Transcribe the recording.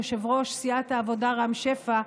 ליושב-ראש סיעת העבודה רם שפע,